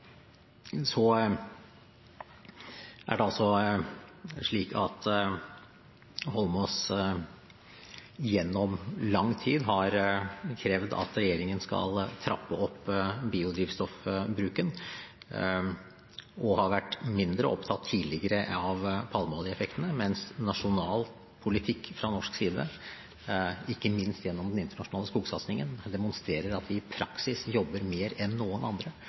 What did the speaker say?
Holmås har gjennom lang tid krevd at regjeringen skal trappe opp biodrivstoffbruken, og har tidligere vært mindre opptatt av palmeoljeeffektene, mens nasjonal politikk fra norsk side – ikke minst gjennom den internasjonale skogsatsingen – demonstrerer at vi i praksis jobber mer enn noen andre